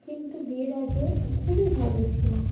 কিন্তু বিয়ের আগে খুবই ভালো ছিল